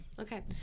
Okay